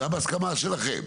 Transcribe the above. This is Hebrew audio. גם בהסכמה שלכם,